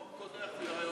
מוח קודח.